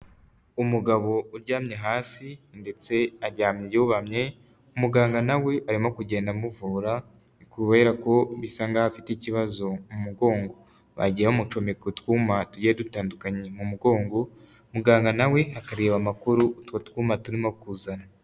Umugabo uryamye hasi ndetse aryamye yubamye, umuganga nawe arimo kugenda amuvura kubera ko bisa nk'aho afite ikibazo mu mugongo, bagiye bamucomeka utwuma tugiye dutandukanye mu mugongo, muganga nawe akareba amakuru utwo twuma turimo kuzana.